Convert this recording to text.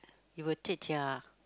you will take their